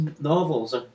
novels